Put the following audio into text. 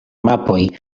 mapoj